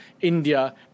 India